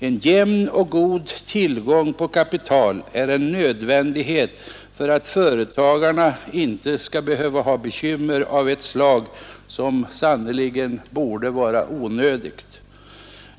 En jämn och god tillgång på kapital är en nödvändighet för att företagarna inte skall behöva ha bekymmer av ett slag, som sannerligen borde vara onödigt.